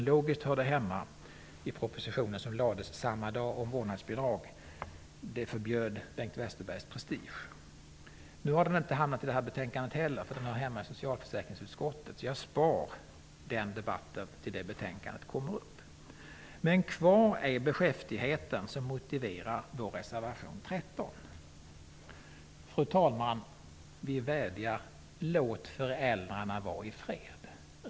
Logiskt hörde den hemma i den proposition som lades fram samma dag om vårdnadsbidrag, men Bengt Westerbergs prestige förbjöd att den skulle finnas med i den. Nu har inte pappamånaden hamnat i detta betänkande heller. Den hör hemma i socialförsäkringsutskottet. Jag sparar den debatten till den dag det betänkandet kommer upp i kammaren. Men kvar finns beskäftigheten som motiverar vår reservation 13. Fru talman! Vi vädjar: Låt föräldrarna vara i fred.